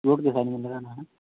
road کے side میں لگانا ہے